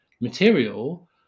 material